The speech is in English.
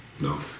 no